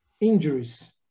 injuries